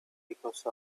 because